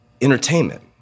entertainment